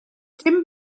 dim